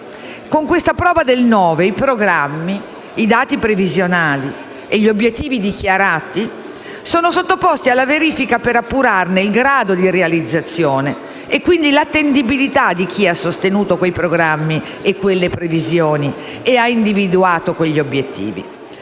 Con questa "prova del nove", i programmi, i dati previsionali e gli obiettivi dichiarati sono sottoposti a verifica per appurarne il grado di realizzazione e, quindi, l'attendibilità di chi ha sostenuto quei programmi e quelle previsioni ed ha individuato quegli obiettivi.